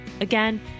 Again